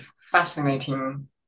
fascinating